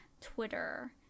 twitter